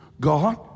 God